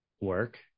work